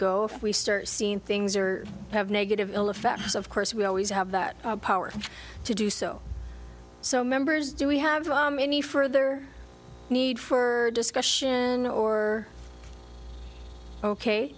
go if we start seeing things or have negative effects of course we always have that power to do so so members do we have any further need for discussion or ok